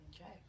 Okay